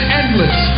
endless